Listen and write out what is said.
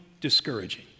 discouraging